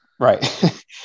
Right